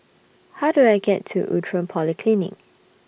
How Do I get to Outram Polyclinic